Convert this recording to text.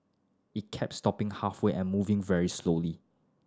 it kept stopping halfway and moving very slowly